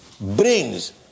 brings